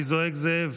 אני זועק "זאב".